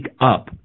up